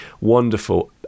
wonderful